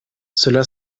cela